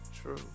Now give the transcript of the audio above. true